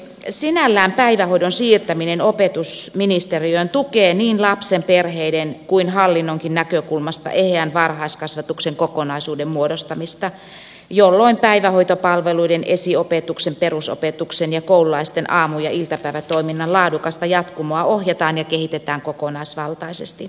sinällään päivähoidon siirtäminen opetusministeriöön tukee niin lapsen perheiden kuin hallinnonkin näkökulmasta eheän varhaiskasvatuksen kokonaisuuden muodostamista jolloin päivähoitopalveluiden esiopetuksen perusopetuksen ja koululaisten aamu ja iltapäivätoiminnan laadukasta jatkumoa ohjataan ja kehitetään kokonaisvaltaisesti